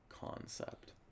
concept